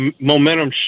momentum